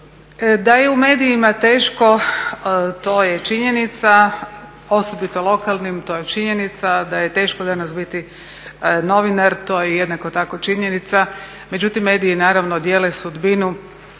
Da je u medijima teško to je činjenica, osobito lokalnim to je činjenica, da je teško danas biti novinar to je jednako tako činjenica, međutim mediji naravno dijele sudbinu